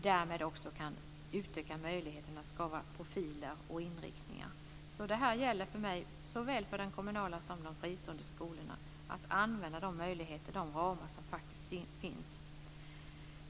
Därmed kan vi utöka möjligheten att skapa profiler och inriktningar. För mig gäller det att använda de möjligheter och de ramar som finns såväl för den kommunala som för de fristående skolorna.